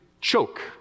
choke